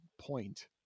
point